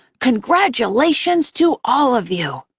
congratulations to all of you!